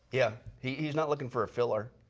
yeah, he's he's not looking for a filler.